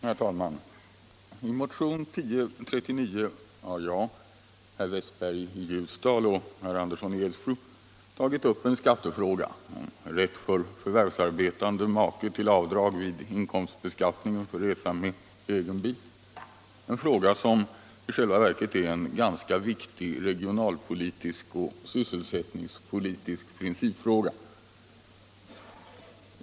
Herr talman! I motionen 1975/76:1039 har jag, herr Westberg i Ljusdal och herr Andersson i Edsbro tagit upp en skattefråga — rätt för förvärvsarbetande make till avdrag vid inkomstbeskattningen för resa med egen bil — en fråga som i själva verket är en viktig regionalpolitisk och sysselsättningspolitisk principfråga.